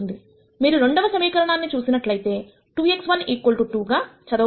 మీరు రెండవ సమీకరణాన్ని చూసినట్లయితే 2x1 2 గా చదవబడుతుంది